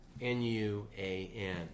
N-U-A-N